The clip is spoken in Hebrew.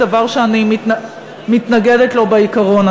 דבר שאני מתנגדת לו בעיקרון.